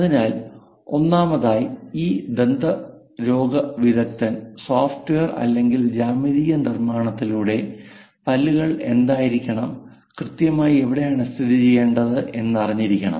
അതിനാൽ ഒന്നാമതായി ഒരു ദന്തരോഗവിദഗ്ദ്ധൻ സോഫ്റ്റ്വെയർ അല്ലെങ്കിൽ ജ്യാമിതീയ നിർമ്മാണത്തിലൂടെ പല്ലുകൾ എന്തായിരിക്കണം കൃത്യമായി എവിടെയാണ് സ്ഥിതിചെയ്യേണ്ടത് എന്ന് അറിഞ്ഞിരിക്കണം